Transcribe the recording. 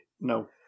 No